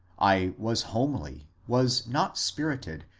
i was homely, was not spirited,